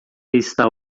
está